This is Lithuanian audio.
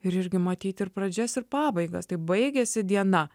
ir irgi matyt ir pradžias ir pabaigas tai baigėsi diena